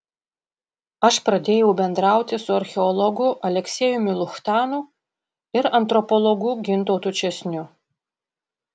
aš pradėjau bendrauti su archeologu aleksejumi luchtanu ir antropologu gintautu česniu